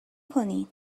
کنین